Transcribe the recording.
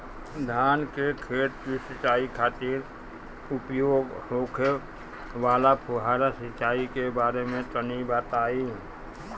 धान के खेत की सिंचाई खातिर उपयोग होखे वाला फुहारा सिंचाई के बारे में तनि बताई?